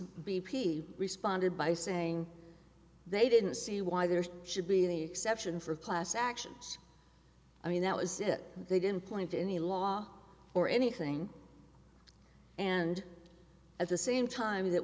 b p responded by saying they didn't see why there should be the exception for class actions i mean that was it they didn't point to any law or anything and at the same time that